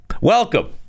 Welcome